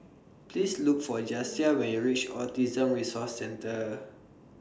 Please Look For Jasiah when YOU REACH Autism Resource Centre